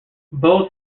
both